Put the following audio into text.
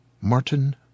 Martin